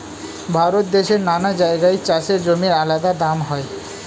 ভারত দেশের নানা জায়গায় চাষের জমির আলাদা দাম হয়